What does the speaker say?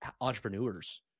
entrepreneurs